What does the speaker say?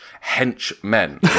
henchmen